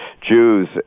Jews